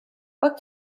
what